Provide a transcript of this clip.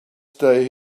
stay